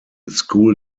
school